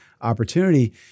opportunity